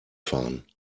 fahren